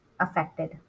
affected